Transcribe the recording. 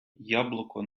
яблуко